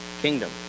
kingdom